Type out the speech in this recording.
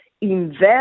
invest